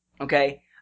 okay